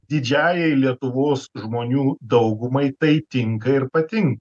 didžiąjai lietuvos žmonių daugumai tai tinka ir patin